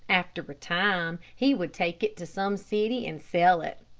after a time he would take it to some city and sell it.